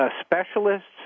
specialists